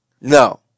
No